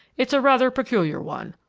it's a rather peculiar one.